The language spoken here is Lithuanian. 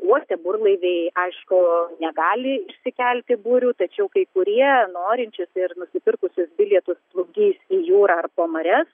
uoste burlaiviai aišku negali išsikelti burių tačiau kai kurie norinčius ir nusipirkusius bilietus plukdys į jūrą ar po marias